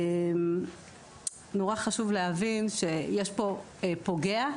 נורא חשוב להבין שיש פה פוגע.